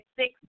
six